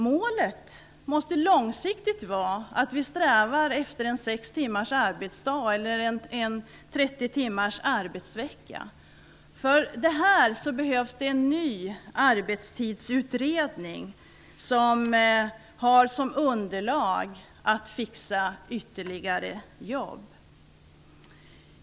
Målet måste långsiktigt vara att vi strävar efter sex timmars arbetsdag eller 30 timmars arbetsvecka. Därför behövs en ny arbetstidsutredning, som har som direktiv att fixa ytterligare jobb.